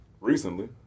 recently